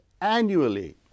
annually